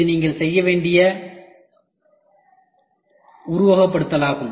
இது நீங்கள் செய்ய வேண்டிய உருவகப்படுத்துதலாகும்